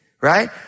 right